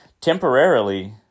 temporarily